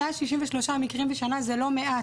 163 מקרים בשנה זה לא מעט.